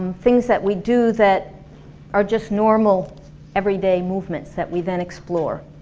and things that we do that are just normal every-day movement that we than explore.